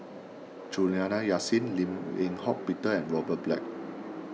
Juliana Yasin Lim Eng Hock Peter and Robert Black